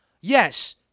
Yes